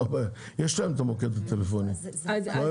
יש להם את המוקד הטלפוני.